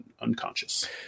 unconscious